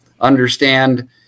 understand